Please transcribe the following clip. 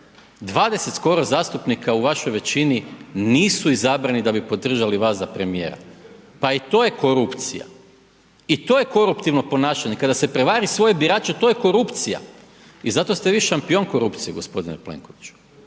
20 skoro zastupnika u vašoj većini nisu izabrani da bi podržali vas za premijera, pa i to je korupcija, i to je koruptivno ponašanje kada se prevari svoje birače to je korupcija i zato ste vi šampion korupcije g. Plenkoviću.